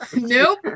Nope